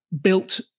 built